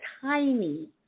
tiny